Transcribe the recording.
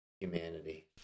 humanity